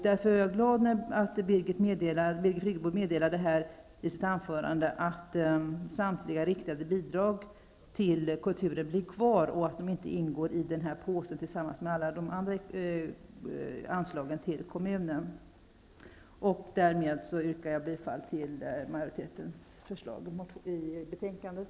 Därför är jag glad att Birgit Friggebo i sitt anförande här meddelade att samtliga riktade bidrag till kulturen blir kvar och att de inte ingår i samma påse som alla de andra anslagen till kommunen. Därmed yrkar jag bifall till majoritetens hemställan i betänkandet.